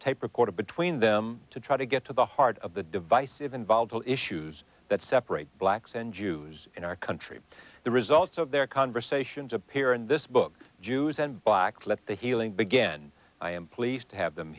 tape recorder between them to try to get to the heart of the divisive involves the issues that separate blacks and jews in our country the results of their conversations appear in this book jews and black let the healing begin i am pleased to have them